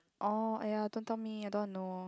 orh ya don't tell me I don't want to know